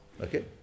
Okay